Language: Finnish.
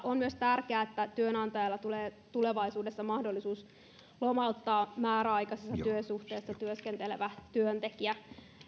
on myös tärkeää että työnantajalle tulee tulevaisuudessa mahdollisuus lomauttaa määräaikaisessa työsuhteessa työskentelevä työntekijä